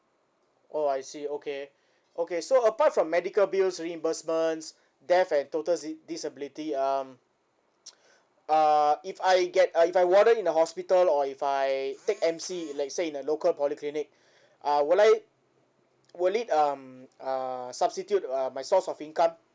oh I see okay okay so apart from medical bills reimbursement death and total dis~ disability um uh if I get uh if I warded in the hospital or if I take M_C like say in the local polyclinic uh will I will it um uh substitute uh my source of income